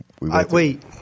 Wait